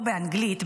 לא באנגלית,